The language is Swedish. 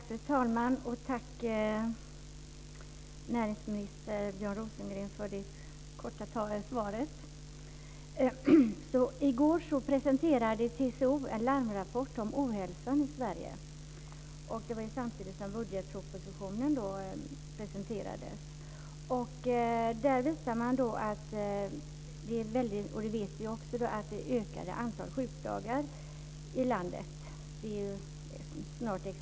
Fru talman! Jag tackar näringsminister Björn Rosengren för det korta svaret. I går presenterade TCO en larmrapport om ohälsan i Sverige samtidigt som vårpropositionen presenterades. Där visar man att det är ett ökat antal sjukdagar i landet, vilket vi också vet.